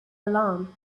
alarm